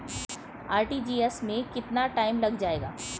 RTGS में कितना time लग जाएगा?